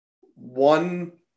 One